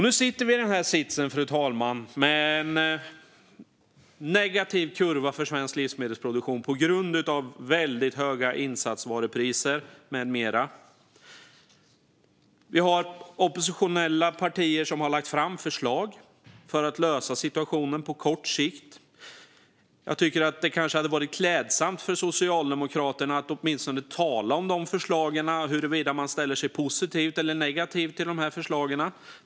Nu sitter vi i en sits, fru talman, med en negativ kurva för svensk livsmedelsproduktion på grund av väldigt höga insatsvarupriser med mera. Vi har oppositionella partier som har lagt fram förslag för att lösa situationen på kort sikt, och jag tycker kanske att det hade varit klädsamt om Socialdemokraterna åtminstone talade om dessa förslag och huruvida man ställer sig positiv eller negativ till förslagen.